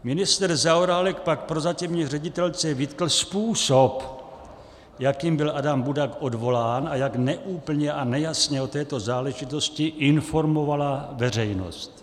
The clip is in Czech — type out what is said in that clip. Ministr Zaorálek pak prozatímní ředitelce vytkl způsob, jakým byl Adam Budak odvolán a jak neúplně a nejasně o této záležitosti informovala veřejnost.